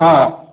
ହଁ